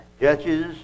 judges